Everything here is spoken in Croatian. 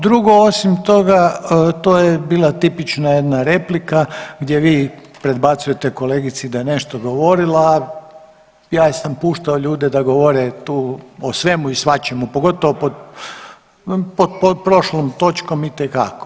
A drugo osim toga to je bila tipična jedna replika gdje vi predbacujete kolegici da je nešto govorila, a ja sam puštao da ljude da govore tu o svemu i svačemu, pogotovo pod prošlom točkom itekako.